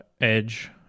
Edge